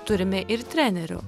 turime ir trenerių